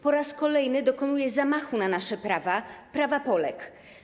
Po raz kolejny dokonuje zamachu na nasze prawa, na prawa Polek.